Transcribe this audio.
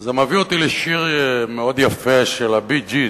וזה מביא אותי לשיר מאוד יפה של ה"בי ג'יז",